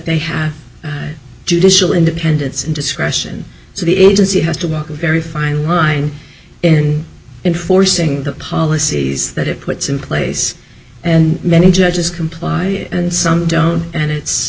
they have judicial independence and discretion so the agency has to walk a very fine line in enforcing the policies that it puts in place and many judges comply and some don't and